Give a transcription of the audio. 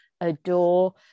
adore